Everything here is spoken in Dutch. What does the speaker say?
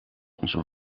onze